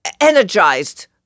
energized